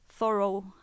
thorough